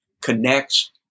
connects